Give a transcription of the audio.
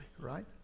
right